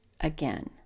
again